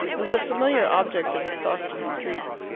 was a familiar object of the sawston streets.